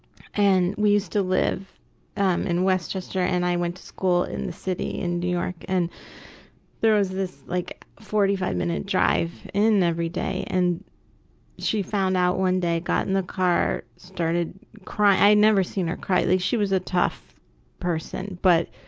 and we used to live um in westchester and i went to school in the city in new york and there was this like forty five minute drive in every day and she found out one day, got in the car, started cry i'd never seen her cry, she was a tough person, but